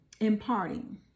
imparting